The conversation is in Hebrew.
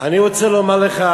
אני רוצה לומר לך